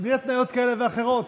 בלי התניות כאלה ואחרות.